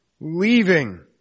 Leaving